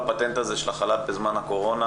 כל הפטנט הזה של החל"ת בזמן הקורונה,